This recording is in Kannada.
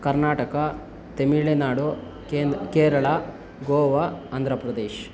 ಕರ್ನಾಟಕ ತಮಿಳ್ ನಾಡು ಕೇಂದ್ ಕೇರಳ ಗೋವಾ ಆಂಧ್ರ ಪ್ರದೇಶ್